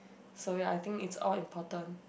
so ya I think it's all important